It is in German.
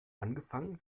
angefangen